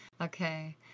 Okay